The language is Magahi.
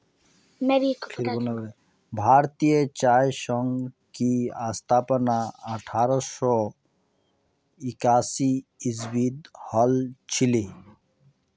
भारतीय चाय संघ की स्थापना अठारह सौ एकासी ईसवीत हल छिले